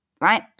right